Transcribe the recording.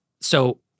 So-